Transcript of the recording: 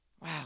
Wow